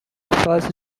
first